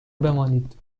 بمانید